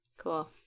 cool